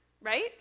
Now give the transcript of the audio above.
right